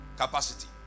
capacity